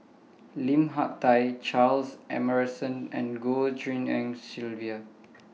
Lim Hak Tai Charles Emmerson and Goh Tshin En Sylvia